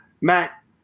Matt